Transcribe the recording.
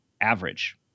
average